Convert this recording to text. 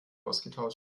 ausgetauscht